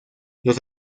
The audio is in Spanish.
los